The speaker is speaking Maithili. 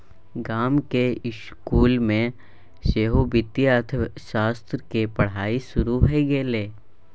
गामक इसकुल मे सेहो वित्तीय अर्थशास्त्र केर पढ़ाई शुरू भए गेल